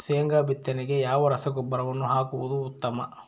ಶೇಂಗಾ ಬಿತ್ತನೆಗೆ ಯಾವ ರಸಗೊಬ್ಬರವನ್ನು ಹಾಕುವುದು ಉತ್ತಮ?